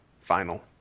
final